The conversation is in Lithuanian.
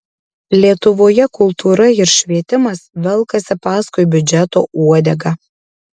lietuvoje kultūra ir švietimas velkasi paskui biudžeto uodegą